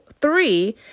three